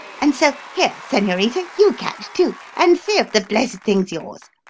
and so here, senorita, you catch, too, and see if the blessed thing's yours.